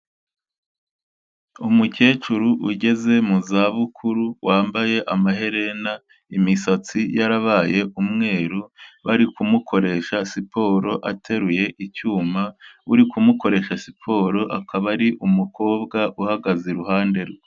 Umukecuru ugeze mu zabukuru, wambaye amaherena, imisatsi yarabaye umweru, bari kumukoresha siporo ateruye icyuma, uri kumukoresha siporo akaba ari umukobwa uhagaze iruhande rwe.